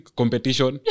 competition